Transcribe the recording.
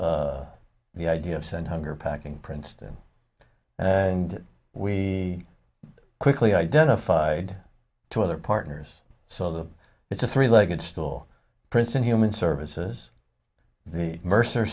the idea of send hunger packing princeton and we quickly identified two other partners so that it's a three legged stool princeton human services the mercer